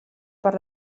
per